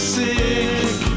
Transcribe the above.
sick